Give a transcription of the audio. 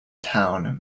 town